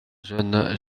jeune